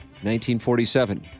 1947